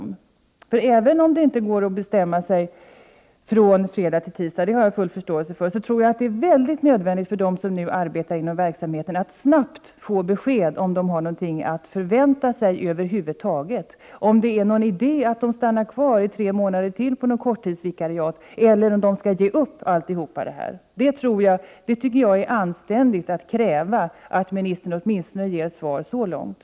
Även om jag har full förståelse för att det inte går att bestämma sig från fredag till tisdag, tror jag att det är nödvändigt för dem som nu arbetar inom verksamheten att snabbt få besked om huruvida de har någonting att förvänta sig över huvud taget, om det är någon idé för dem att t.ex. stanna kvar tre månader till på ett korttidsvikariat, eller om de skall ge upp. Jag tycker att det är ett anständigt krav att man åtminstone så långt ger ett besked.